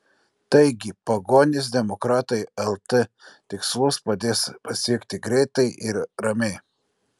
taigi pagonys demokratai lt tikslus padės pasiekti greitai ir ramiai